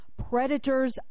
predators